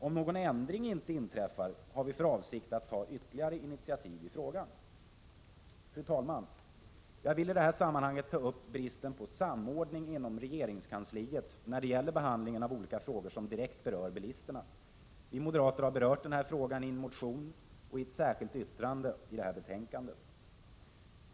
Om någon ändring inte inträffar, har vi för avsikt att ta ytterligare initiativ i frågan. Fru talman! Jag vill i detta sammanhang ta upp bristen på samordning inom regeringskansliet när det gäller behandlingen av olika frågor som direkt berör bilisterna. Vi moderater har berört frågan i en motion och i ett särskilt yttrande i detta betänkande.